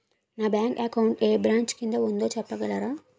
నా bank account ఏ branch కిందా ఉందో చెప్పగలరా?